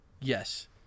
Yes